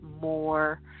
more